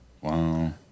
Wow